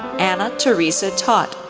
anna theresa taute,